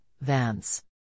Vance